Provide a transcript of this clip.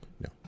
no